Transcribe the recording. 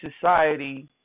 society